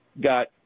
got